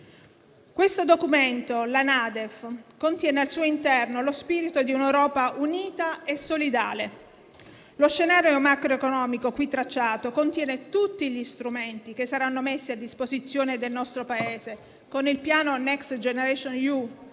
prossimi mesi. La NADEF contiene al suo interno lo spirito di un'Europa unita e solidale. Lo scenario macroeconomico in essa tracciato contiene tutti gli strumenti che saranno messi a disposizione del nostro Paese con il piano Next generation EU